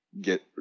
get